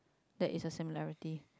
that is the similarity